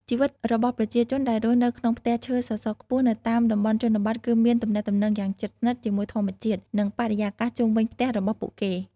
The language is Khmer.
ជីវិតរបស់ប្រជាជនដែលរស់នៅក្នុងផ្ទះឈើសសរខ្ពស់នៅតាមតំបន់ជនបទ គឺមានទំនាក់ទំនងយ៉ាងជិតស្និទ្ធជាមួយធម្មជាតិ និងបរិយាកាសជុំវិញផ្ទះរបស់ពួកគេ ។